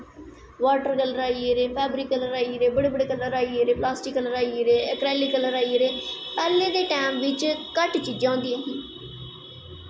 water colour आई गेदे fabric colour आई गेदे बड़े बड़े कल्लर आई गेदे प्लास्टिक कल्लर आई गेदे अकरैलिक कल्लर आई गेदे पैह्लें दे टैम बिच्च घट्ट चीजां होंदियां हां